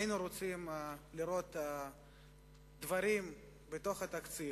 היינו רוצים לראות דברים בתוך התקציב,